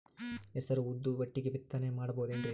ಹೆಸರು ಉದ್ದು ಒಟ್ಟಿಗೆ ಬಿತ್ತನೆ ಮಾಡಬೋದೇನ್ರಿ?